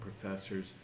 professors